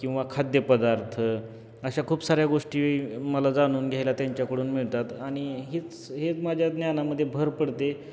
किंवा खाद्यपदार्थ अशा खूप साऱ्या गोष्टी मला जाणून घ्यायला त्यांच्याकडून मिळतात आणि हेच हेच माझ्या ज्ञानामध्ये भर पडते